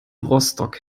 rostock